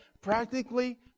practically